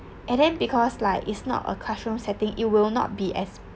and then because like is not a classroom setting it will not be as